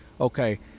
Okay